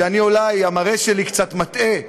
כי אולי המראה שלי קצת מטעה,